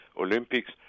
Olympics